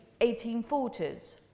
1840s